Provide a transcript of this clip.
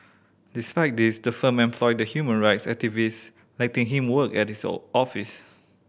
despite this the firm employed the human rights activist letting him work at its office